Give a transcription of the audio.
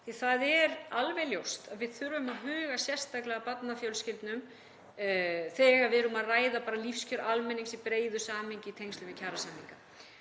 að það er alveg ljóst að við þurfum að huga sérstaklega að barnafjölskyldum þegar við erum að ræða lífskjör almennings í breiðu samhengi í tengslum við kjarasamninga.